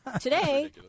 today